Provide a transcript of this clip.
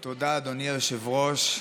תודה, אדוני היושב-ראש.